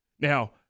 Now